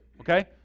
okay